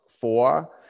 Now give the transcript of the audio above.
Four